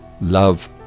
Love